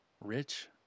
rich